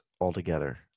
altogether